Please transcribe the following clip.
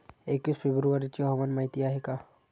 एकवीस फेब्रुवारीची हवामान माहिती आहे का?